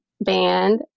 band